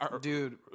Dude